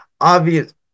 Obvious